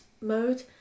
mode